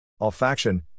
Olfaction